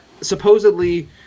supposedly